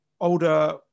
older